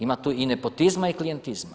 Ima tu i nepotizma i klijentizma.